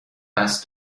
قصد